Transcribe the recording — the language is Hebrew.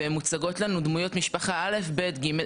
ומוצגות לנו דמויות משפחה א' ב' ג'.